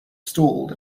stalled